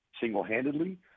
single-handedly